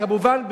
כמובן,